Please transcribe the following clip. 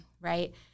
right